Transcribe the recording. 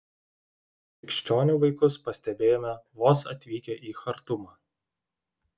krikščionių vaikus pastebėjome vos atvykę į chartumą